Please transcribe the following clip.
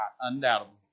Undoubtedly